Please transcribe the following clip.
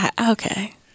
Okay